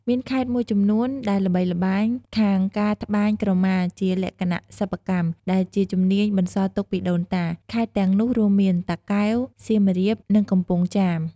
មានខេត្តមួយចំនួនដែលល្បីល្បាញខាងការត្បាញក្រមាជាលក្ខណៈសិប្បកម្ម ដែលជាជំនាញបន្សល់ទុកពីដូនតា ខេត្តទាំងនោះរួមមាន តាកែវ សៀមរាប និងកំពង់ចាម។